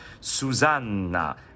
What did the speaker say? Susanna